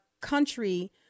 country